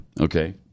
Okay